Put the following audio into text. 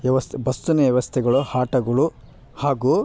ವ್ಯವಸ್ಥೆ ಬಸ್ನ ವ್ಯವಸ್ಥೆಗಳು ಆಟೋಗುಳು ಹಾಗೂ